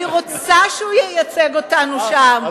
אני רוצה שהוא ייצג אותנו שם,